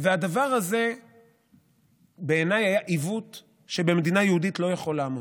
והדבר הזה בעיניי היה עיוות שבמדינה יהודית לא יכול לעמוד.